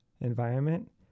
environment